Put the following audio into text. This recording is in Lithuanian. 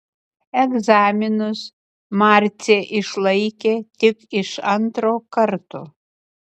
egzaminus marcė išlaikė tik iš antro karto